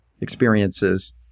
experiences